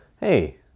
hey